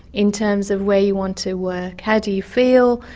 in terms of where you want to work. how do you feel?